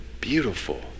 beautiful